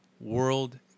world